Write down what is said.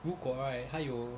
如果 right 他有